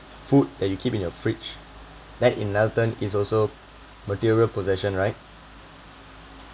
food that you keep in your fridge that in another term is also material possession right